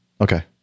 okay